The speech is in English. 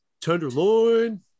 Tenderloin